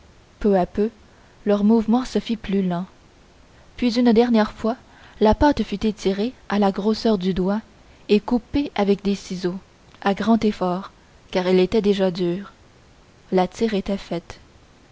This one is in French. peu à peu leur mouvement se fit plus lent puis une dernière fois la pâte fut étirée à la grosseur du doigt et coupée avec des ciseaux à grand effort car elle était déjà dure la tire était faite